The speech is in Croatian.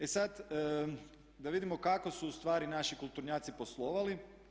E sad, da vidimo kako su ustvari naši kulturnjaci poslovali.